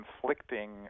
conflicting